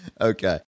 Okay